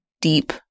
deep